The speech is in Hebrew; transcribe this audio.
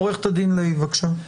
עו"ד לייב, בבקשה.